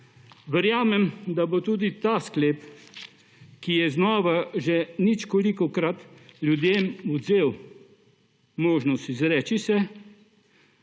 Verjamem, da bo tudi ta sklep, ki je znova že ničkolikokrat ljudem odvzel možnost izreči se.